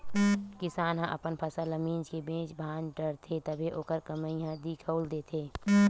किसान ह अपन फसल ल मिंज के बेच भांज डारथे तभे ओखर कमई ह दिखउल देथे